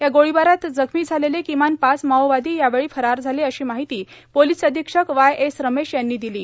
या गोळीबारात जखमी झालेले किमान पाच माओवादी यावेळी फरार झाले अशी माहिती पोलिस अधीक्षक वाय एस रमेश यांनी दिली आहे